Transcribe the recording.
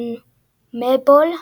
CONMEBOL,